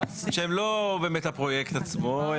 שהם לא באמת הפרויקט עצמו,